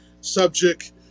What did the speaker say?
subject